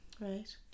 Right